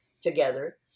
together